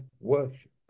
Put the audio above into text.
worship